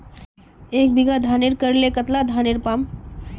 एक बीघा धानेर करले कतला धानेर पाम?